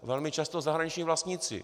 Velmi často zahraniční vlastníci.